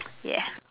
ya